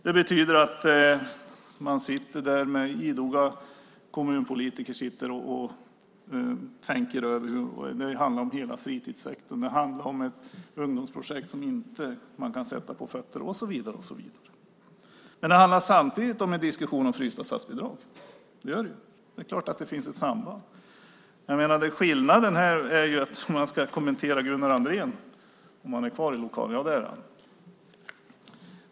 Det betyder att idoga kommunpolitiker sitter och tänker över det. Det handlar om hela fritidssektorn. Det handlar om ett ungdomsprojekt som man inte kan sätta på fötter, och så vidare. Det är samtidigt en diskussion om frysta statsbidrag. Det är klart att det finns ett samband.